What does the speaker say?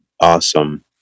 awesome